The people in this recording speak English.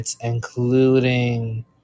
including